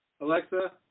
Alexa